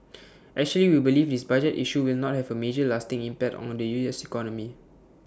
actually we believe this budget issue will not have A major lasting impact on the U S economy